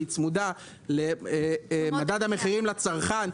כי היא צמודה למדד המחירים לצרכן.